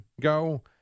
go